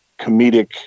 comedic